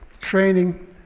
training